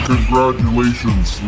Congratulations